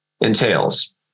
entails